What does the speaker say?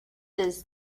does